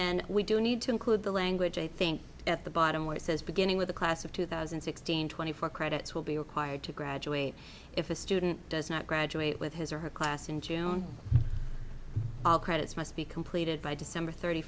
then we do need to include the language i think at the bottom which says beginning with the class of two thousand and sixteen twenty four credits will be required to graduate if a student does not graduate with his or her class in june all credits must be completed by december thirty